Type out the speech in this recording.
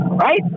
right